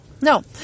no